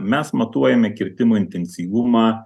mes matuojame kirtimų intensyvumą